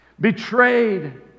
betrayed